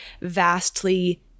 vastly